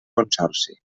consorci